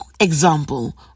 example